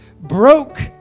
broke